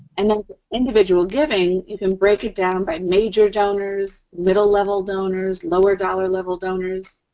and then, for individual giving, you can break it down by major donors, middle-level donors, lower-dollar-level donors.